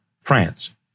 France